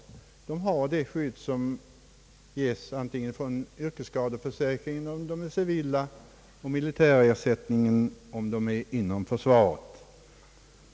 För dem gäller det skydd som ges genom yrkesskadeförsäkringen, om de är civila, och genom militära ersättningsförordningen, om de är anställda inom försvaret.